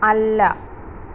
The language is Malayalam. അല്ല